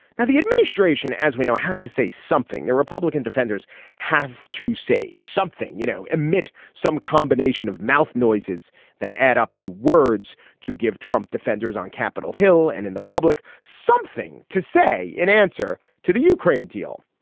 now the administration as we know has to say something. the republican defenders have to say something you know emit some combination of mouth noises that add up to words to give trump defenders on capitol hill and in the public. something to say in answer to the ukraine deal.